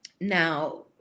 now